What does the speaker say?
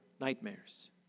Nightmares